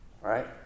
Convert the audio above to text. right